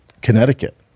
Connecticut